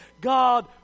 God